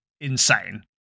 insane